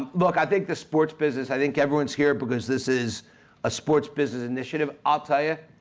look i think the sports business, i think everyone's here because this is a sports business initiative, i'll tell you,